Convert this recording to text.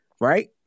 right